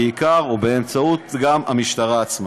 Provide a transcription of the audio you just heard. בעיקר ובאמצעות המשטרה עצמה.